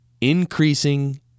Increasing